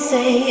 Say